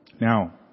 Now